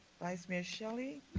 vice mayor shelley.